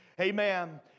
Amen